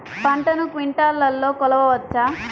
పంటను క్వింటాల్లలో కొలవచ్చా?